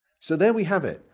so there we have it.